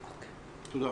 תודה.